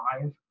five